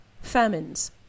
famines